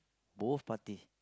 both party